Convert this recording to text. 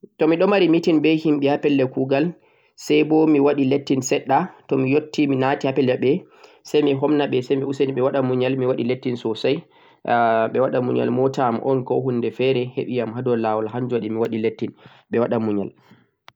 to miɗo mari be himɓe ha pelle kuugal, say bo mi waɗi letting seɗɗa, to mi yotti, mi naati ha pelle maɓɓe, say mi humnaɓe say mi biya useni ɓe waɗa muyal mi waɗi letting soosay, ahh ɓe waɗa muyal soosay moota am un ko huunde feere yeɓiyam ha dow laawol, hannjum on mi waɗi letting, ɓe waɗa muyal.